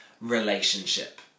relationship